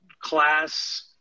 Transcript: class